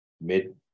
mid